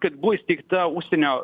kad buvo įsteigta užsienio